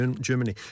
Germany